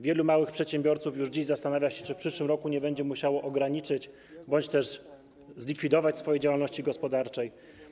Wielu małych przedsiębiorców już dziś zastanawia się, czy w przyszłym roku nie będzie musiało ograniczyć bądź też zlikwidować swojej działalności gospodarczej.